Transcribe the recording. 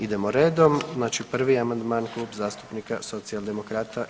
Idemo redom, znači prvi amandman Klub zastupnika Socijaldemokrata.